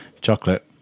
Chocolate